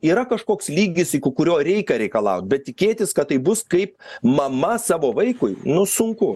yra kažkoks lygis iki kurio reikia reikalaut bet tikėtis kad tai bus kaip mama savo vaikui nu sunku